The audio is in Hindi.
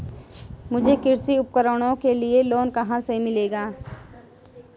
मुझे कृषि उपकरणों के लिए लोन कहाँ से मिलेगा?